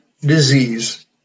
disease